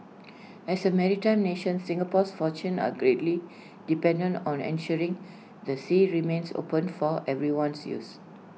as A maritime nation Singapore's fortunes are greatly dependent on ensuring the sea remains open for everyone's use